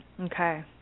Okay